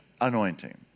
anointing